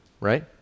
Right